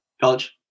College